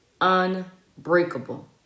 unbreakable